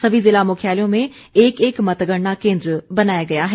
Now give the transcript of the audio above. सभी जिला मुख्याणलयों में एक एक मतगणना केन्द्र बनाया गया है